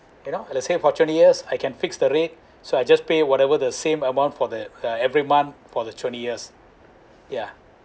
you know let's say for twenty yours I can fix the rate so I just pay whatever the same amount for that uh every month for the twenty years yeah